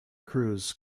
cruz